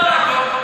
לא.